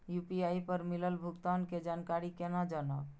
UPI पर मिलल भुगतान के जानकारी केना जानब?